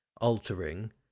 Altering